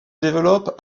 développe